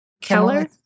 Keller